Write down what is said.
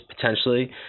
potentially